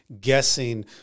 guessing